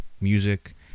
music